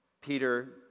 Peter